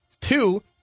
Two